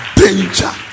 danger